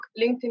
LinkedIn